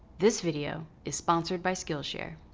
this video is sponsored by skillshare.